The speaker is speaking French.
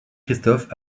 christophe